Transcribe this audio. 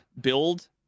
build